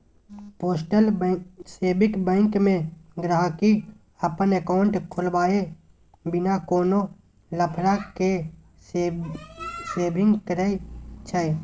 postal saving bank मे गांहिकी अपन एकांउट खोलबाए बिना कोनो लफड़ा केँ सेविंग करय छै